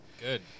Good